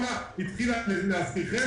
להזכירכם,